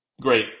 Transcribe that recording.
Great